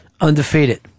Undefeated